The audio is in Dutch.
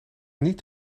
niet